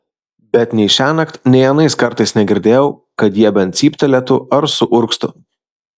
bet nei šiąnakt nei anais kartais negirdėjau kad jie bent cyptelėtų ar suurgztų